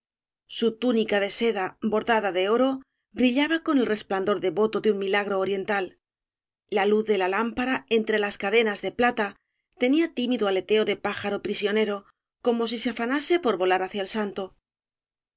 su túnica de seda bordada de oro brillaba con el resplandor devoto de un milagro oriental la luz de la lámpara en tre las cadenas de plata tenía tímido aleteo de pájaro prisionero como si se afanase por volar hacia el santo